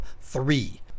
three